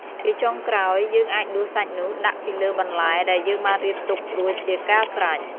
ជាចុងក្រោយ យើងអាចដួសសាច់នោះដាក់ពីលើបន្លែដែលយើងបានរៀបទុករួចជាការស្រេច។